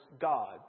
God